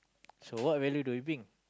so what value do you bring